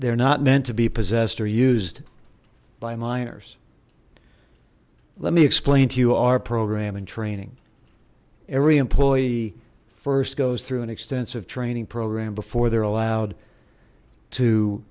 they're not meant to be possessed or used by minors let me explain to you our program in training every employee first goes through an extensive training program before they're allowed to